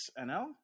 NL